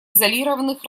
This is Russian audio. изолированных